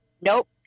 Nope